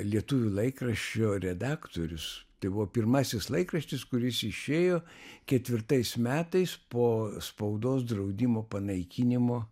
lietuvių laikraščio redaktorius tai buvo pirmasis laikraštis kuris išėjo ketvirtais metais po spaudos draudimo panaikinimo